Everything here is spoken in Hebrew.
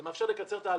זה מאפשר לקצר תהליכים.